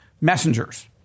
messengers